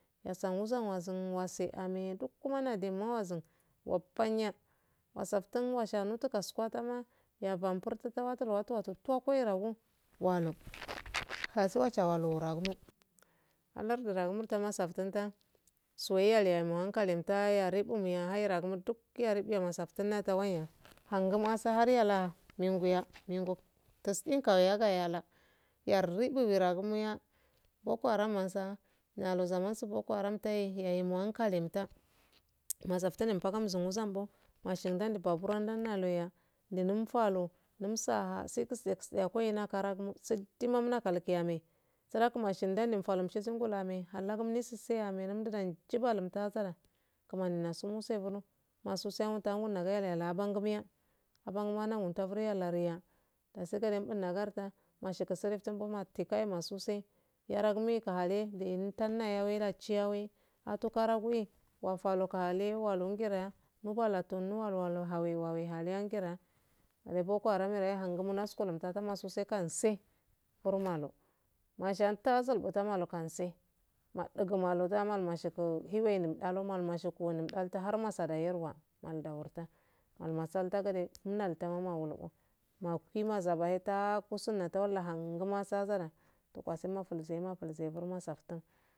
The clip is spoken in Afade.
Ya sanwuza wazunsani wase ame tuku madewa wazan wafanya wasaften washanutuu kasuwatama yaganfurtugu watu yagan furtugu watu guwa to wa karogido wallu waso asha ulwaluwo woroagudo larduro agu a safteun tam suwo yalu yaye momun katum ta yare don haira duk yarebe yaye mosaftun natanwaya anguma sa haryale mengoya mengo tesinka yaga yala yareguragu muya boko haram msa nalu zamansu boko haram tahemo hun hankatemta moso ftenfa gombe mzambo mashindane ba bura dunumfalo numsa a shimsekukaraguni siddmun muhakalkiyame sara kuma shimdame faum shisum gulame halangum mesun seyeme m dodan njibalumta azara kumani naso msebulan masu sai inta nibaira la bangumiya abanguna namun tafu rayelaleya dasi gode buma garda wasu gate tumdu na suse yaraguikehalle ndeya su mutanaye wera chiye we wato karaguye wafukalae mubola tonu wallu holuwa hangenya ani boko haram da we hadan ngur nasuro lanta tamasu seka nse boro malo mashanta zuibutama lokanse madusu maloda malomashigu hiwenun tama lumanshugu talu harmasar no wa yerwa man dawarta ma masanta gadi inalta mama worogu ma fimazabayeta kusuhan wallahan guma sazara to kasima fulzaiyima fulzemosaftun